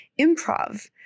improv